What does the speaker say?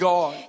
God